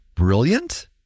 Brilliant